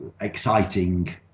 exciting